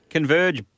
Converge